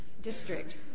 district